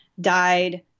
died